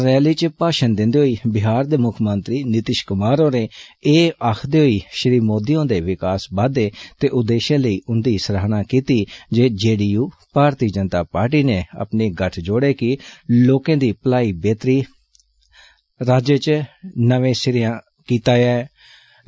rally च भाशण दिन्दे होई बिहार दे मुक्खमंत्री नीतिष कुमार होरें एह् आक्खदे होई श्री मोदी होरें विकासबादे दे उद्देष्यें लेई उंदी सराहना कीती जे J D U Bharatiya Janata Party ने अपने गठजोडे गी लोकें दी भलाई बेहतरी राज्य च नमें सिरेआ कीता हा